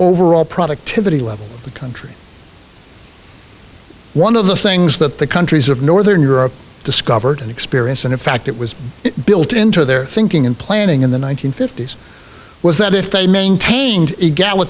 overall productivity level of the country one of the things that the countries of northern europe discovered and experienced and in fact it was built into their thinking and planning in the one nine hundred fifty s was that if they maintained egal